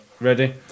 ready